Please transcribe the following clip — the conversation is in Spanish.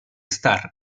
starr